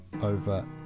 over